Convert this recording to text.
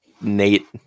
Nate